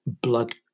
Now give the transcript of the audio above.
blood